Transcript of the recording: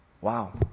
Wow